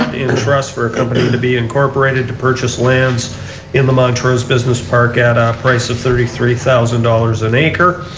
interest for company to be incorporated to purchase lands in the montrose business park at a price of thirty three thousand dollars an acre.